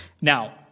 Now